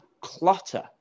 Clutter